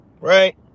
Right